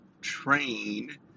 train